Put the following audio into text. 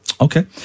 Okay